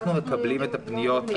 אנחנו מקבלים את הפניות.